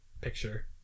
picture